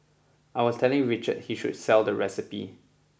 I was telling Richard he should sell the recipe